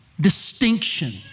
distinction